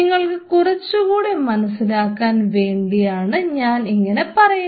നിങ്ങൾക്ക് കുറച്ചു കൂടി മനസ്സിലാക്കാൻ വേണ്ടിയാണ് ഞാൻ ഇങ്ങനെ പറയുന്നത്